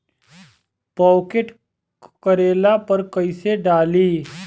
Pocket करेला पर कैसे डाली?